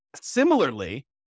Similarly